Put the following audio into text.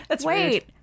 wait